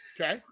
Okay